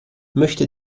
möchte